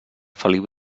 feliu